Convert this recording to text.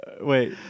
Wait